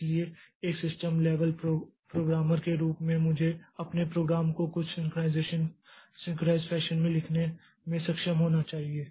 इसलिए एक system level programmer के रूप में मुझे अपने प्रोग्राम को कुछ सिंक्रनाइज़ फैशन में लिखने में सक्षम होना चाहिए